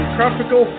Tropical